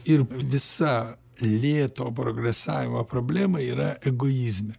ir visa lėto progresavimo problema yra egoizme